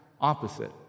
opposite